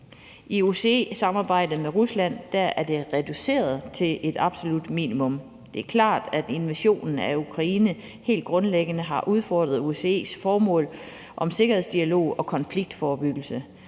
OSCE-samarbejdet med Rusland er blevet reduceret til et absolut minimum. Det er klart, at invasionen af Ukraine helt grundlæggende har udfordret OSCE's formål om sikkerhedsdialog og konfliktforebyggelse.